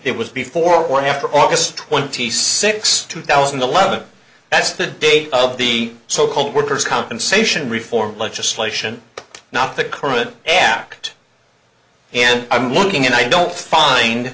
it was before or after august twenty sixth two thousand and eleven that's the date of the so called worker's compensation reform legislation not the current act and i'm wondering and i don't find